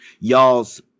y'all's